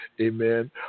Amen